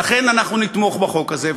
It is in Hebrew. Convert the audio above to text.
ולכן אנחנו נתמוך בחוק הזה,